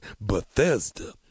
bethesda